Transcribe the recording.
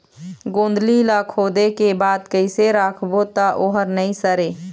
गोंदली ला खोदे के बाद कइसे राखबो त ओहर नई सरे?